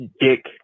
dick